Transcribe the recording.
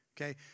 Okay